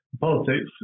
politics